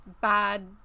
bad